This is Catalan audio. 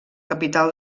capital